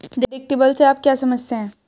Deductible से आप क्या समझते हैं?